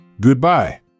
Goodbye